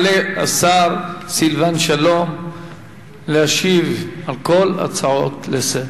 יעלה השר סילבן שלום להשיב על כל ההצעות לסדר-היום.